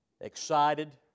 Excited